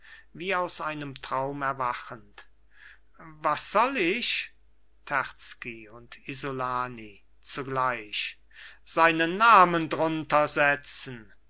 wie aus einem traum erwachend was soll ich terzky und isolani zugleich seinen namen drunter setzen